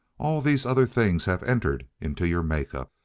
all these other things have entered into your make-up.